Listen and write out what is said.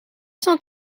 cent